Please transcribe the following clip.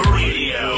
radio